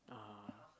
ah